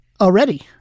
already